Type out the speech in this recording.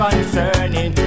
Concerning